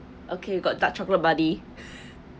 okay you got dark chocolate buddy